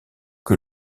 que